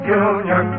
Junior